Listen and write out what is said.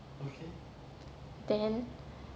then